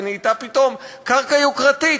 זאת נהייתה פתאום קרקע יוקרתית.